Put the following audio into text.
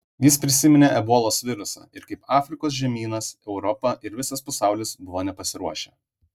jis prisiminė ebolos virusą ir kaip afrikos žemynas europa ir visas pasaulis buvo nepasiruošę